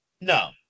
No